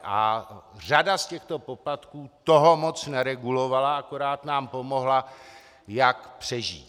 A řada z těchto poplatků toho moc neregulovala, akorát nám pomohla, jak přežít.